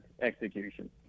execution